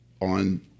on